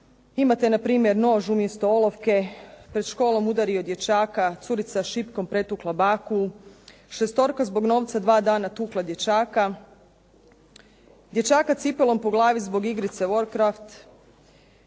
Imate npr. nož umjesto olovke, pred školom udario dječaka, curica šipkom pretukla baku, šestorka zbog novca dva dana tukla dječaka, dječaka s cipelom po glavi zbog igrice Word craft,